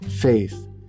faith